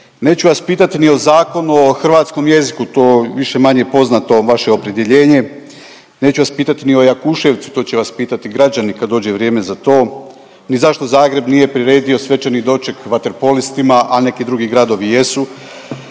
neću vas pitati ni o Zakonu o hrvatskom jeziku, to više-manje poznato vaše opredjeljenje, neću vas pitati ni o Jakuševcu to će vas pitati građani kad dođe vrijeme za to, ni zašto Zagreb nije priredio svečani doček vaterpolistima, a neki drugi gradovi jesu.